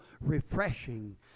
refreshing